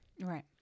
Right